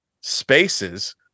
spaces